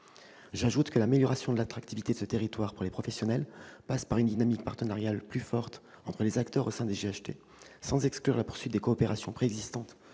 J'ajoute que l'amélioration de l'attractivité de ce territoire pour les professionnels passe par une dynamique partenariale plus forte entre les acteurs au sein des GHT, sans exclure la poursuite des coopérations préexistantes